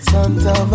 Santa